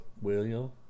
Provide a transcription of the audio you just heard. William